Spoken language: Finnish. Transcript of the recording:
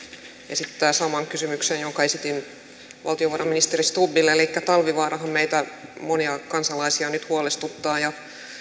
esittää saman kysymyksen jonka esitin valtiovarainministeri stubbille elikkä talvivaarahan meitä monia kansalaisia nyt huolestuttaa ja